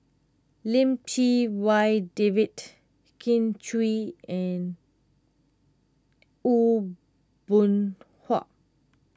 Lim Chee Wai David Kin Chui and Aw Boon Haw